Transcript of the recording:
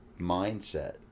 mindset